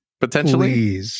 Potentially